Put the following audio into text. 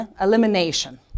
elimination